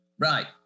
Right